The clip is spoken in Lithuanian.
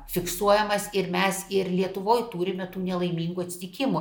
fiksuojamas ir mes ir lietuvoj turime tų nelaimingų atsitikimų